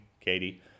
Katie